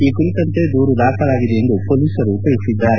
ಈ ಕುರಿತಂತೆ ದೂರು ದಾಖಲಾಗಿದೆ ಎಂದು ಪೊಲೀಸರು ತಿಳಿಸಿದ್ದಾರೆ